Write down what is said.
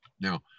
Now